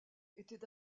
étaient